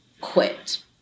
quit